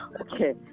okay